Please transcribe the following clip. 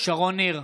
שרון ניר,